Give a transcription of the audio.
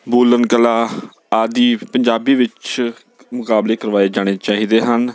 ਬੋਲਣ ਕਲਾ ਆਦਿ ਪੰਜਾਬੀ ਵਿੱਚ ਮੁਕਾਬਲੇ ਕਰਵਾਏ ਜਾਣੇ ਚਾਹੀਦੇ ਹਨ